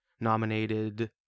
nominated